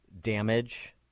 damage